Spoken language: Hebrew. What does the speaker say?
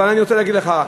אבל אני רוצה להגיד לך,